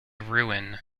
ruin